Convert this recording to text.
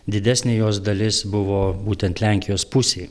didesnė jos dalis buvo būtent lenkijos pusėj